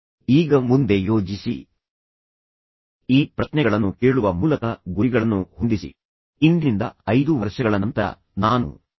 ಈಗ ಮುಂದೆ ಯೋಜಿಸಿ ಮತ್ತು ಈ ಪ್ರಶ್ನೆಗಳನ್ನು ಕೇಳುವ ಮೂಲಕ ನಿಮ್ಮ ಗುರಿಗಳನ್ನು ಮತ್ತು ಉದ್ದೇಶಗಳನ್ನು ಹೊಂದಿಸಿ ಇಂದಿನಿಂದ 5 ವರ್ಷಗಳ ನಂತರ ನಾನು ಬಯಸುತ್ತೇನೆ